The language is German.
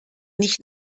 nicht